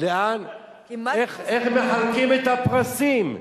איך מחלקים את הפרסים,